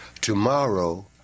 tomorrow